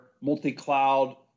multi-cloud